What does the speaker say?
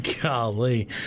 Golly